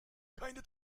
keine